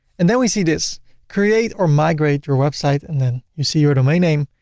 and then we see this create or migrate your website and then you see your domain name.